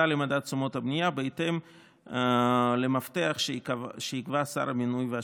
למדד תשומות הבנייה בהתאם למפתח שיקבע שר הבינוי והשיכון.